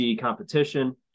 competition